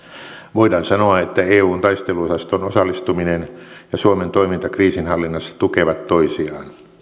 voidaan sanoa että eun taisteluosastoon osallistuminen ja suomen toiminta kriisinhallinnassa tukevat toisiaan